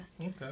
Okay